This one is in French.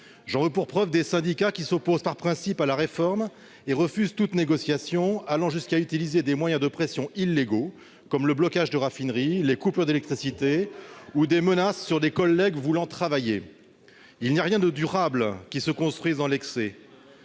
J'en veux pour preuve des syndicats qui s'opposent, par principe, à la réforme et refusent toute négociation, allant jusqu'à utiliser des moyens de pression illégaux, comme le blocage de raffineries, les coupures d'électricité, ou des menaces sur des collègues voulant travailler. On va pleurer ! Il n'y a rien de durable qui se construise dans l'excès